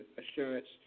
assurance